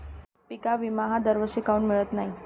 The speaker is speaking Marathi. पिका विमा हा दरवर्षी काऊन मिळत न्हाई?